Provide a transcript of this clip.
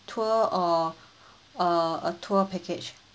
tour or uh a tour package